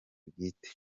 bwite